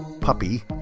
puppy